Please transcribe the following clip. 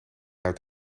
uit